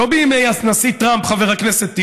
החבר שלכם,